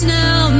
now